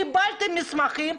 קיבלתם מסמכים,